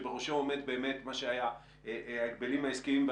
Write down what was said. בראשו עומד מה שהיה הממונה על ההגבלים העסקיים.